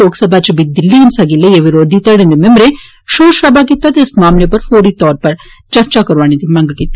लोकसभा च बी दिल्ली हिंसा गी लेइयै विरोधी धड़े दे मिम्बरे शोर शराबा कीता ते इस मामले उप्पर फौरी तौर पर चर्चा करोआने दी मंग कीती